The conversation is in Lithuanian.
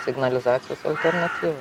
signalizacijos alternatyva